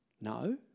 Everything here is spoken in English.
No